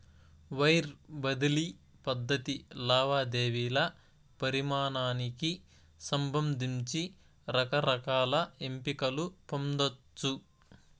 wire బదిలీ పద్ధతి లావాదేవీల పరిమానానికి సంబంధించి రకరకాల ఎంపికలు పొందచ్చు